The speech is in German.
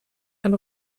eine